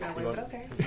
okay